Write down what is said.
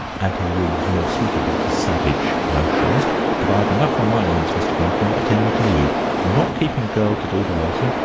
and her rooms more suitable to savage notions but i've enough on my hands, mr. ventimore, attending to you not keeping a girl to do the waiting,